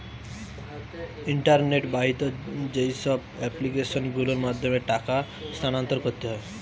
internet বাহিত যেইসব application গুলোর মাধ্যমে টাকা স্থানান্তর করতে হয়